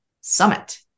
summit